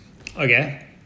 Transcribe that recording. Okay